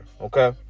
okay